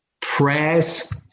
prayers